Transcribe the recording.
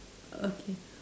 okay